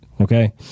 Okay